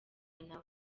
nabo